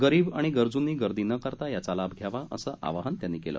गरीब आणि गरजूंनी गर्दी न करता याचा लाभ घ्यावा असं आवाहन त्यांनी केलं